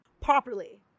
Properly